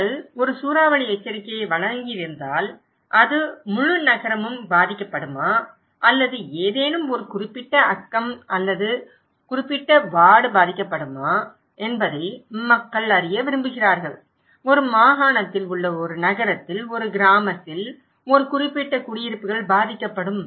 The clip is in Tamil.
நீங்கள் ஒரு சூறாவளி எச்சரிக்கையை வழங்கியிருந்தால் அது முழு நகரமும் பாதிக்கப்படுமா அல்லது ஏதேனும் ஒரு குறிப்பிட்ட அக்கம் அல்லது குறிப்பிட்ட வார்டு பாதிக்கப்படுமா என்பதை மக்கள் அறிய விரும்புகிறார்கள் ஒரு மாகாணத்தில் உள்ள ஒரு நகரத்தில் ஒரு கிராமத்தில் ஒரு குறிப்பிட்ட குடியிருப்புகள் பாதிக்கப்படும்